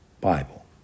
Bible